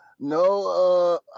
No